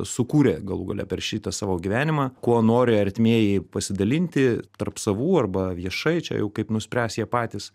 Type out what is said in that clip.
sukūrė galų gale per šitą savo gyvenimą kuo nori artimieji pasidalinti tarp savų arba viešai čia jau kaip nuspręs jie patys